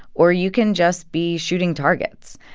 or you can just be shooting targets.